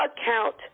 account